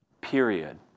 period